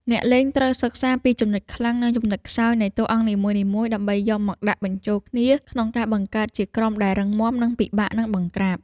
អ្នកលេងត្រូវសិក្សាពីចំណុចខ្លាំងនិងចំណុចខ្សោយនៃតួអង្គនីមួយៗដើម្បីយកមកដាក់បញ្ចូលគ្នាក្នុងការបង្កើតជាក្រុមដែលរឹងមាំនិងពិបាកនឹងបង្ក្រាប។